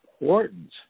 important